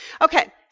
okay